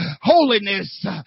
Holiness